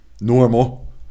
normal